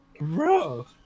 bro